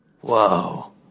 whoa